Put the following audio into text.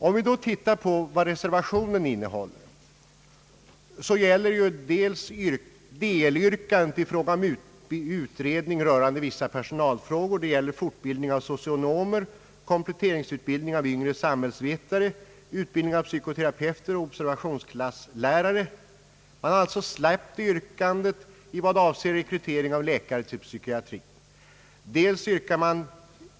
Om vi ser på vad reservationen innehåller, finner vi att det gäller delyrkanden om utredning rörande vissa personalfrågor, fortbildning av socionomer, kompletteringsutbildning av yngre samhällsvetare, utbildning av psykoterapeuter och observationsklasslärare. Man har alltså släppt yrkandet beträffande rekrytering av läkare till psykiatri.